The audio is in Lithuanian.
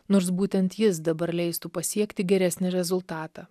nors būtent jis dabar leistų pasiekti geresnį rezultatą